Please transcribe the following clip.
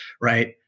right